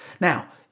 Now